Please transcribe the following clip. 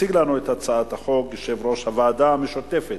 יציג לנו את הצעת החוק יושב-ראש הוועדה המשותפת,